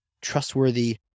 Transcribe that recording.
trustworthy